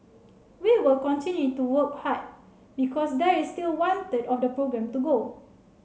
we will continue to work hard because there is still one third of the programme to go